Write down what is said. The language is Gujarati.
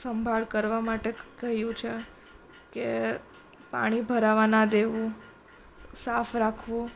સંભાળ કરવા માટે ક કહ્યું છે કે પાણી ભરાવા ના દેવું સાફ રાખવું